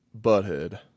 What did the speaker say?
butthead